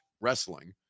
wrestling